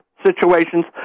Situations